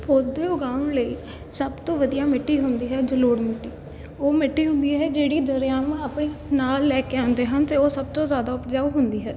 ਪੌਦੇ ਉਗਾਉਣ ਲਈ ਸਭ ਤੋਂ ਵਧੀਆ ਮਿੱਟੀ ਹੁੰਦੀ ਹੈ ਜਲੋੜ੍ਹ ਮਿੱਟੀ ਉਹ ਮਿੱਟੀ ਹੁੰਦੀ ਹੈ ਜਿਹੜੀ ਦਰਿਆਵਾਂ ਆਪਣੇ ਨਾਲ ਲੈ ਕੇ ਆਉਂਦੇ ਹਨ ਅਤੇ ਉਹ ਸਭ ਤੋਂ ਜ਼ਿਆਦਾ ਉਪਜਾਊ ਹੁੰਦੀ ਹੈ